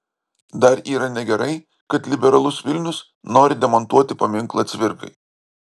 dar yra negerai kad liberalus vilnius nori demontuoti paminklą cvirkai